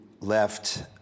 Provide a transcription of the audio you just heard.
left